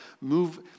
move